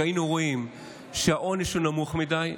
כשהיינו רואים שהעונש הוא נמוך מדי,